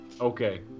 Okay